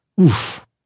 oof